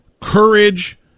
courage